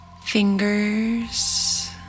fingers